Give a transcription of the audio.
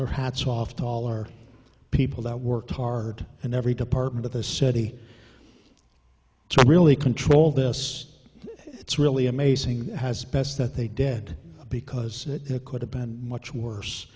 our hats off to all our people that work hard and every department of the city to really control this it's really amazing has best that they did because it could have been much worse